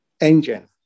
engine